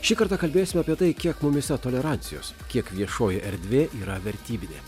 šį kartą kalbėsim apie tai kiek mumyse tolerancijos kiek viešoji erdvė yra vertybinė